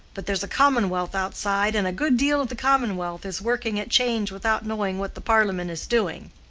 but there's a commonwealth outside and a good deal of the commonwealth is working at change without knowing what the parliament is doing.